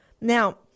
Now